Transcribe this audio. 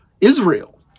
Israel